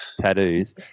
Tattoos